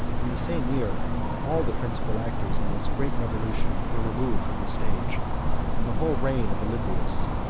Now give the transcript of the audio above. in the same year all the principal actors in this great revolution were removed from the stage and the whole reign of olybrius,